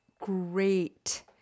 great